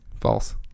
False